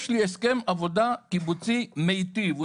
יש לי הסכם עבודה קיבוצי מיטיב.